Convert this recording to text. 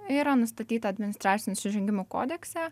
yra nustatyta administracinių nusižengimų kodekse